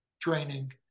training